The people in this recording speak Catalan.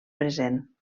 present